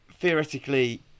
theoretically